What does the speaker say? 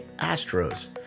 Astros